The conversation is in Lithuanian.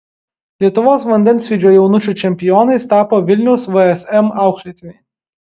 lietuvos vandensvydžio jaunučių čempionais tapo vilniaus vsm auklėtiniai